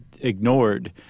ignored